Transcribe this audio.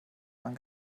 man